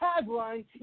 tagline